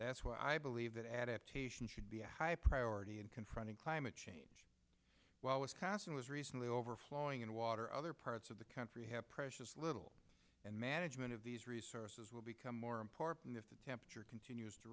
that's why i believe that adaptation should be a high priority in confronting climate change while wisconsin was recently overflowing and water other parts of the country have precious little and management of these resources will become more important if the temperature continues to